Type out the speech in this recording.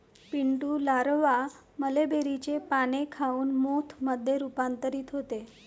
Pintu larva मलबेरीचे पाने खाऊन मोथ मध्ये रूपांतरित होते